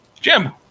Jim